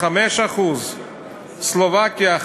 5%. סלובקיה,